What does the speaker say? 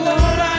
Lord